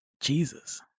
Jesus